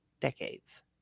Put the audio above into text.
decades